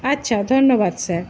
আচ্ছা ধন্যবাদ স্যার